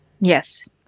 Yes